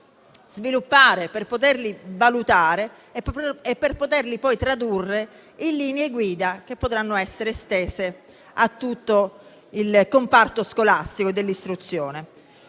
docente per poterli sviluppare, valutare e tradurre in linee guida che potranno essere estese a tutto il comparto scolastico dell'istruzione.